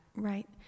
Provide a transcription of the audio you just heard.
Right